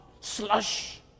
slush